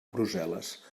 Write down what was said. brussel·les